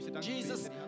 Jesus